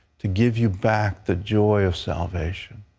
to give you back the joy of salvation.